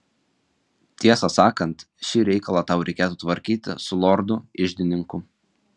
tiesą sakant šį reikalą tau reikėtų tvarkyti su lordu iždininku